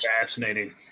fascinating